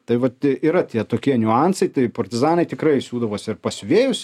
tai va yra tie tokie niuansai tai partizanai tikrai siūdavosi ir pas siūvėjus